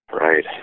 Right